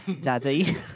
daddy